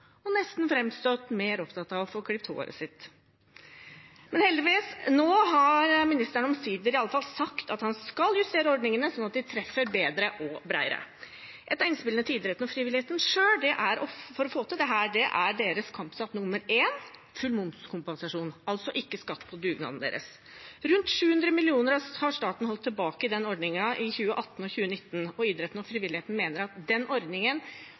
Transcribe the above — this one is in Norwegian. og nesten framstått mer opptatt av å få klipt håret sitt Men heldigvis, nå har omsider ministeren i alle fall sagt at han skal justere ordningene slik at de treffer bedre og bredere. Et av innspillene tidligere fra frivilligheten selv for å få til dette er deres kampsak nummer én: full momskompensasjon, altså ikke skatt på dugnadene deres. Staten har holdt tilbake rundt 700 mill. kr i den ordningen i 2018 og 2019. Idretten og frivilligheten mener at får de den ordningen